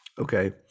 Okay